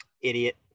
Idiot